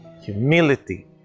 humility